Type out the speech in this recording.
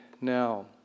now